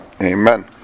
amen